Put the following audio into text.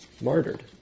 martyred